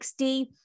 60